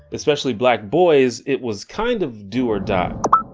especially black boys, it was kind of do or die. hi,